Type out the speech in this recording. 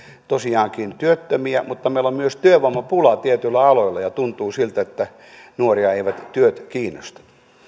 tosiaankin työttömiä mutta meillä on myös työvoimapula tietyillä aloilla ja tuntuu siltä että nuoria eivät työt kiinnosta